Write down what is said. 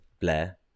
blair